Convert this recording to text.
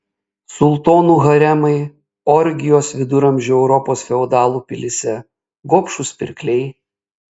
sultonų haremai orgijos viduramžių europos feodalų pilyse gobšūs pirkliai